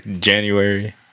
January